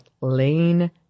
Lane